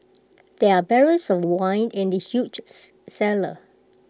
there are barrels of wine in the huge cellar